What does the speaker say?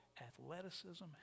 athleticism